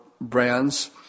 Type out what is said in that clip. brands